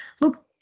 look